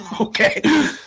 okay